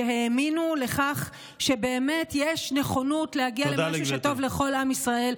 שהאמינו לכך שבאמת יש נכונות להגיע למשהו שטוב לכל עם ישראל?